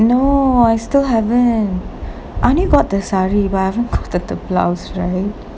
no I still haven't I only got the saree but I haven't gotten the blouse right